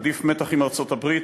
עדיף מתח עם ארצות-הברית,